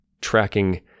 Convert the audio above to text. tracking